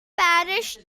parish